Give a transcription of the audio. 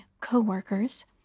co-workers